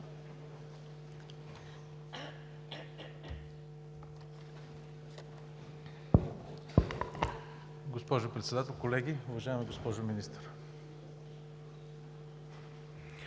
Госпожо Председател, колеги! Уважаема госпожо Министър,